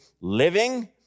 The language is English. living